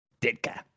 Ditka